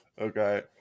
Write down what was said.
Okay